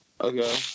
Okay